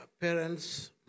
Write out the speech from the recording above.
parents